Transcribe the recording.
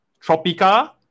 Tropica